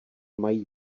mají